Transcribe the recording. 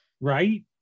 Right